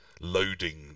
loading